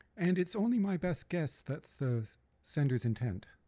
and it's only my best guess that's the sender's intent.